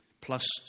plus